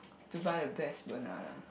to buy the best banana